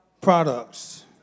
products